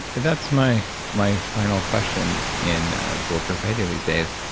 that's my my final question in bulletproof radio these days.